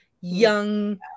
young